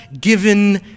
given